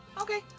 Okay